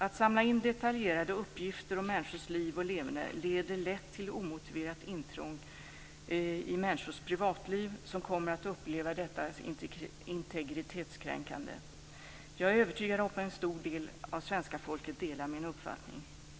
Att samla in detaljerade uppgifter om människors liv och leverne leder lätt till omotiverat intrång i människors privatliv och kan upplevas som integritetskränkande. Jag är övertygad om att en stor del av svenska folket delar min uppfattning.